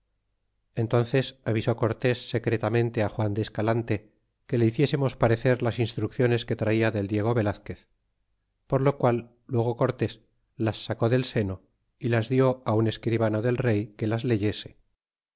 ces avisó cortés secretamente luan de escalante que le hiciésemos parecer las instrucciones que traia del diego velazquez por lo qual luego cortés las sacó del seno y las dió un escribano del rey que las leyese